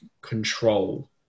control